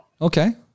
Okay